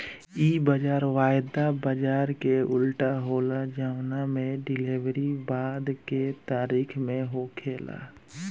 इ बाजार वायदा बाजार के उल्टा होला जवना में डिलेवरी बाद के तारीख में होखेला